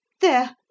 There